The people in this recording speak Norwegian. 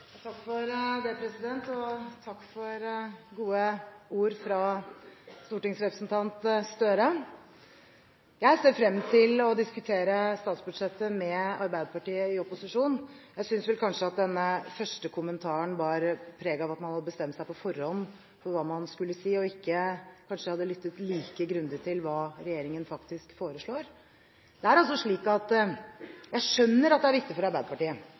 å diskutere statsbudsjettet med Arbeiderpartiet i opposisjon. Jeg synes kanskje at denne første kommentaren bar preg av at man hadde bestemt seg på forhånd for hva man skulle si, og kanskje ikke hadde lyttet like grundig til hva regjeringen faktisk foreslår. Jeg skjønner at det er viktig for Arbeiderpartiet å etablere en historiefortelling om at den nye regjeringen har arvet et godt bo. Mye er